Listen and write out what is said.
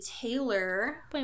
Taylor